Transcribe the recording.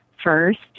first